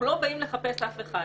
אנחנו לא באים לחפש אף אחד.